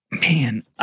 Man